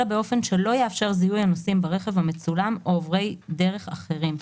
אלא באופן שלא יאפשר את זיהוי הנוסעים ברכב המצולם או עוברי דרך אחרים.